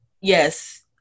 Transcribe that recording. yes